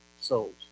souls